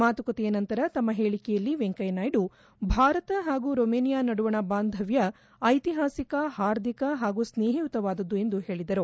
ಮಾತುಕತೆಯ ನಂತರ ತಮ್ಮ ಹೇಳಕೆಯಲ್ಲಿ ವೆಂಕಯ್ಚ ನಾಯ್ದು ಭಾರತ ಹಾಗೂ ರೊಮಾನಿಯಾ ನಡುವಣ ಬಾಂಧವ್ದ ಐತಿಹಾಸಿಕ ಹಾರ್ದಿಕ ಹಾಗೂ ಸ್ನೇಹಯುತವಾದುದ್ದು ಎಂದು ಹೇಳದರು